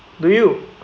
do you